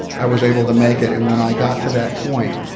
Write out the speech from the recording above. i was able to make it and when i got to that point,